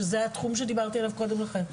שזה התחום שדיברתי עליו קודם לכן.